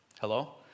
Hello